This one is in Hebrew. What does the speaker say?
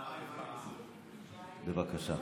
בבקשה.